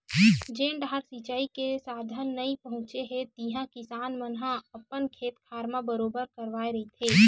जेन डाहर सिचई के साधन नइ पहुचे हे तिहा किसान मन अपन खेत खार म बोर करवाए रहिथे